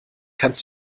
kannst